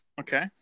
Okay